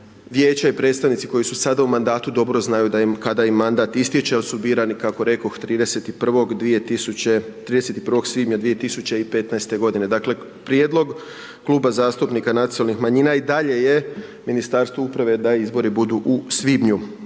Vijeće i predstavnici koji su sada u mandatu, dobro znaju kada im mandat ističe, jer su birani, kako rekoh 31. svibnja 2015. g. Dakle, prijedlog Kluba zastupnika Nacionalnih manjina i dalje je Ministarstvo uprave da izbori budu u svibnju.